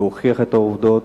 להוכיח את העובדות.